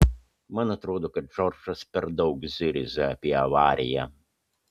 man atrodo kad džordžas per daug zirzia apie avariją